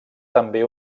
també